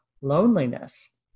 loneliness